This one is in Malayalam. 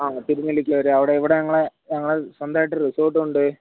ആ തിരുനെല്ലീക്ക് വരാൻ അവിടെ ഇവിടെ ഞങ്ങളെ ഞങ്ങളെ സ്വന്തമായിട്ട് റിസോട്ടൂണ്ട്